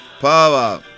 power